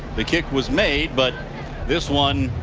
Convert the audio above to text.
the kick was made. but this one